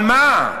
על מה?